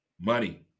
money